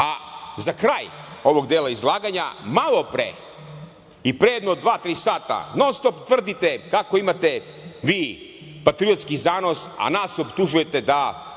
kraj ovog dela izlaganja, malopre i pre dva, tri sata, non - stop tvrdite kako imate vi patriotski zanos, a nas optužujete da